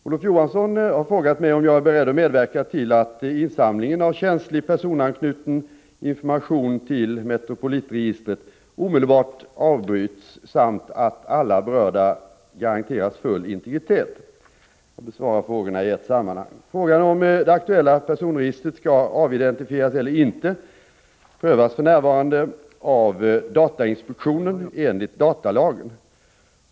Olof Johansson har frågat mig om jag är beredd medverka till att insamlingen av känslig personanknuten information till Metropolitregistret omedelbart avbryts samt att alla berörda garanteras full integritet. Jag besvarar frågorna i ett sammanhang. Frågan om det aktuella personregistret skall avidentifieras eller inte är för närvarande föremål för datainspektionens prövning enligt datalagen.